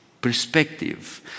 perspective